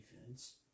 defense